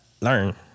learn